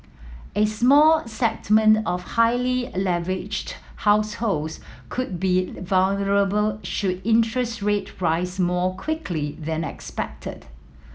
a small settlement of highly leveraged households could be vulnerable should interest rate rise more quickly than expected